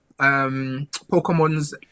Pokemon's